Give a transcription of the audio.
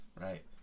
Right